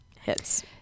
hits